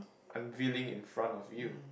unveiling in front of you